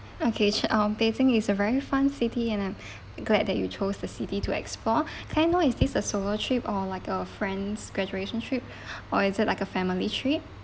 okay ch~ um beijing is a very fun city and I'm glad that you chose the city to explore can I know is this a solo trip or like a friend's graduation trip or is it like a family trip